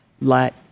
Let